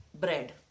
bread